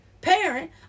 parent